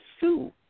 sue